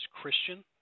Christian